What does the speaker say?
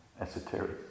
esoteric